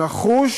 נחוש